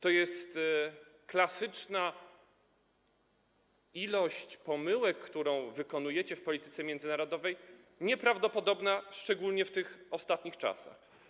To jest klasyczna ilość pomyłek, które popełniacie w polityce międzynarodowej, nieprawdopodobna szczególnie w tych ostatnich czasach.